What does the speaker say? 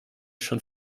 schon